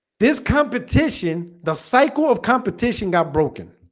this competition the cycle of competition got broken